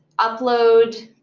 upload,